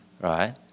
right